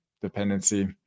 dependency